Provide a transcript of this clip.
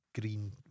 green